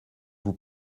vous